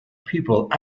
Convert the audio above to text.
people